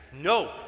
No